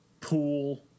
pool